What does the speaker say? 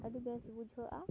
ᱟᱹᱰᱤ ᱵᱮᱥ ᱵᱩᱡᱷᱟᱹᱜᱼᱟ